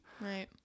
Right